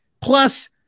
Plus